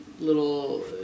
little